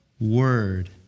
word